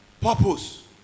purpose